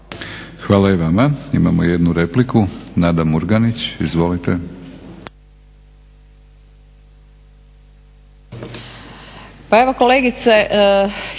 Hvala i vama. Imamo jednu repliku, Nada Murganić.